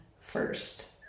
first